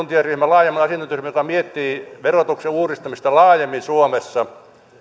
laajemman asiantuntijaryhmän joka miettii verotuksen uudistamista laajemmin suomessa